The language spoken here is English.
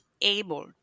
able